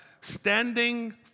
Standing